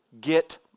Get